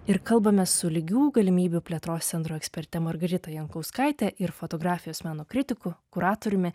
ir kalbamės su lygių galimybių plėtros centro eksperte margarita jankauskaite ir fotografijos meno kritiku kuratoriumi